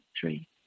three